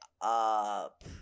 up